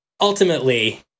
ultimately